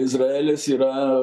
izraelis yra